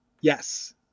Yes